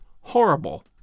horrible